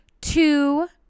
two